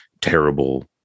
terrible